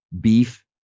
beef